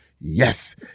Yes